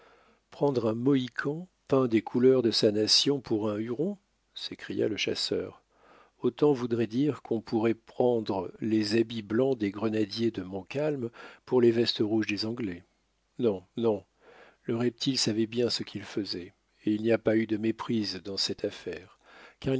prendre un mohican peint des couleurs de sa nation pour un huron s'écria le chasseur autant voudrait dire qu'on pourrait prendre les habits blancs des grenadiers de montcalm pour les vestes rouges des anglais non non le reptile savait bien ce qu'il faisait et il n'y a pas eu de méprise dans cette affaire